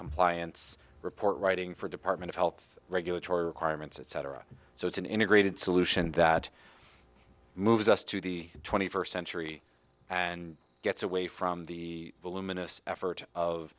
compliance report writing for department of health regulatory requirements etc so it's an integrated solution that moves us to the twenty first century and gets away from the